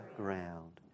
ground